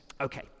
Okay